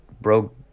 broke